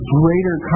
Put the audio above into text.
greater